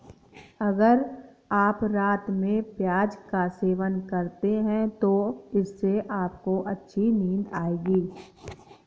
अगर आप रात में प्याज का सेवन करते हैं तो इससे आपको अच्छी नींद आएगी